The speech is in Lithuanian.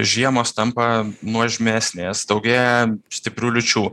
žiemos tampa nuožmesnės daugėja stiprių liūčių